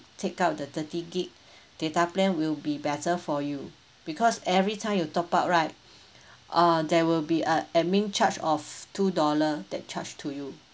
take up the thirty gig data plan will be better for you because every time you top up right uh there will be a admin charge of two dollar that charge to you